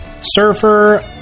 surfer